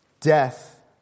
Death